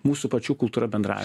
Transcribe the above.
mūsų pačių kultūra bendrąja